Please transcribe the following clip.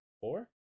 four